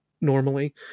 normally